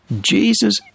Jesus